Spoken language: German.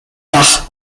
dach